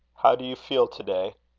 how do you feel to-day?